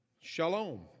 Shalom